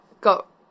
got